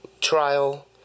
trial